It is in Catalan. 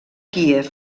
kíev